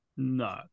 No